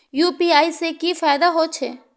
UPI से की फायदा हो छे?